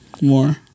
more